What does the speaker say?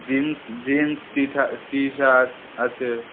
jeans gents টি hat T shirt আছে